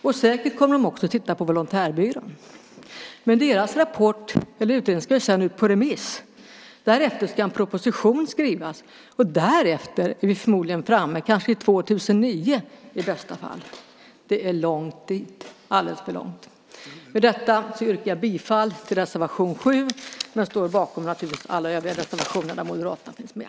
De kommer säkert också att titta på Volontärbyrån. Men utredningens rapport ska ut på remiss, och därefter ska en proposition skrivas. Då är vi förmodligen framme vid år 2009, i bästa fall. Det är långt dit, alldeles för långt. Med detta yrkar jag bifall till reservation 7, men jag står naturligtvis bakom alla övriga reservationer där Moderaterna finns med.